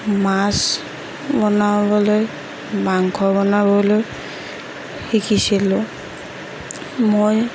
মাছ বনাবলৈ মাংস বনাবলৈ শিকিছিলোঁ মই